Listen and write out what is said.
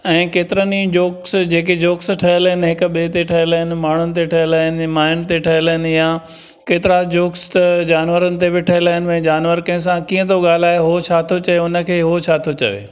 ऐं केतिरनि ई जोक्स जेके जोक्स ठहियल आहिनि हिक ॿिए ते ठहियल आहिनि माण्हुनि ते ठहियल आहिनि माइयुनि ते ठहियल आहिनि या केतिरा जोक्स त जानवरनि ते बि ठहियल आहिनि ॿई जानवर कंहिंसां कीअं थो ॻाल्हाए उहो छा थो चए हुन खे उहो छा थो चवे